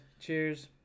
Cheers